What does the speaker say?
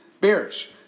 bearish